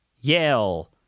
Yale